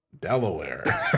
Delaware